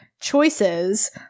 Choices